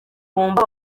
bumva